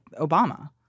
Obama